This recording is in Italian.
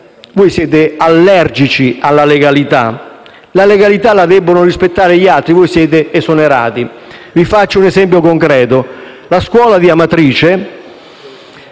Voi siete allergici alla legalità. La legalità la devono rispettare gli altri, mentre voi siete esonerati. Vi faccio un esempio concreto: la scuola di Amatrice